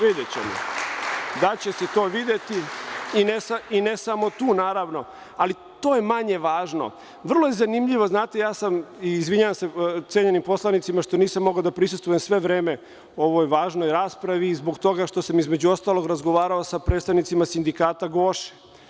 Videćemo, daće se to videti i ne samo tu, ali to je manje važno, vrlo je zanimljivo, znate, izvinjavam se cenjenim poslanicima što nisam mogao da prisustvujem sve vreme ovoj važnoj raspravi i zbog toga što sam između ostalog razgovarao sa predstavnicima sindikata „Goše“